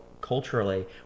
culturally